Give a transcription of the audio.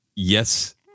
Yes